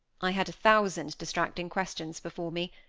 i had a thousand distracting questions before me.